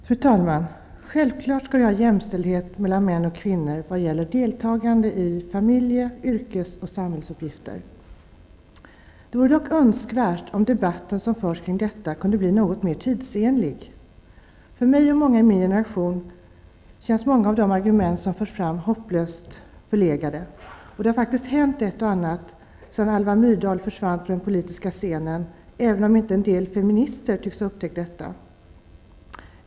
Fru talman! Vi skall självfallet ha jämställdhet mellan män och kvinnor vad gäller deltagande i familjeyrkesdebatten kring detta kunde bli något mer tidsenlig. För mig och många i min generation känns många av de argument som förs fram hopplöst förlegade. Det har faktiskt hänt ett och annat sedan Alva Myrdal försvann från den politiska scenen, även om en del feminister inte tycks ha upptäckt det.